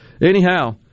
Anyhow